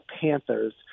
Panthers